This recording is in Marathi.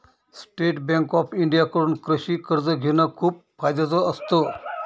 स्टेट बँक ऑफ इंडिया कडून कृषि कर्ज घेण खूप फायद्याच असत